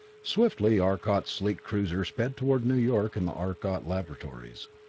swiftly arcot's sleek cruiser sped toward new york and the arcot laboratories.